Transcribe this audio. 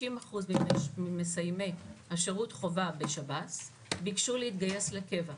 50% ממסיימי השירות חובה בשב"ס ביקשו להתגייס לקבע.